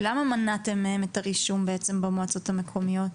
למה מנעתם מהם את הרישום בעצם המועצות המקומיות?